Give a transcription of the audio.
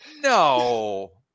No